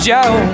Joe